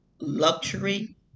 luxury